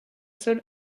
seul